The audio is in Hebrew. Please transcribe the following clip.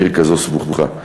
בעיר כזאת סבוכה.